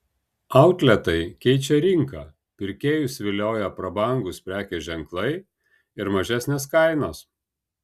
outletai keičia rinką pirkėjus vilioja prabangūs prekės ženklai ir mažesnės kainos